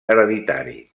hereditari